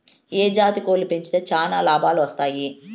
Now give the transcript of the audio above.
ఏ జాతి కోళ్లు పెంచితే చానా లాభాలు వస్తాయి?